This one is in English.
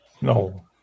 No